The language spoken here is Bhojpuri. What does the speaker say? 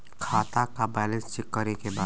खाता का बैलेंस चेक करे के बा?